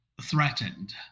threatened